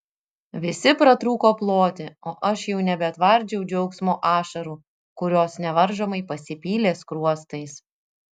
visi pratrūko ploti o aš jau nebetvardžiau džiaugsmo ašarų kurios nevaržomai pasipylė skruostais